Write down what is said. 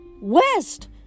West